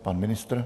Pan ministr.